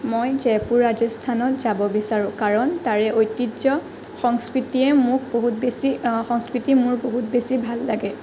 মই জয়পুৰ ৰাজস্থানত যাব বিচাৰোঁ কাৰণ তাৰে ঐতিহ্য সংস্কৃতিয়ে মোক বহুত বেছি সংস্কৃতি মোৰ বহুত বেছি ভাল লাগে